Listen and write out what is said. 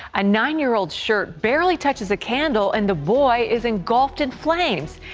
a nine year old shirt barely touches a candle, and the boy is engulfed in flames.